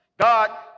God